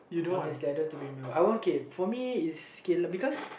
honestly I don't want to be remembered I won't okay for me is because